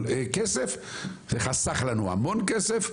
אבל כסף זה חסך לנו המון כסף.